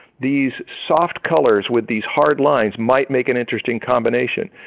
these soft colors with these hard lines might make an interesting combination.